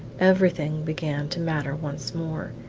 everything began to matter once more.